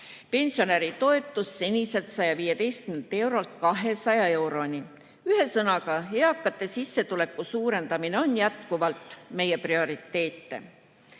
pensionäri toetus seniselt 115 eurolt 200 euroni. Ühesõnaga, eakate sissetuleku suurendamine on jätkuvalt meie prioriteet.